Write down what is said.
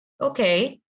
okay